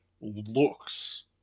looks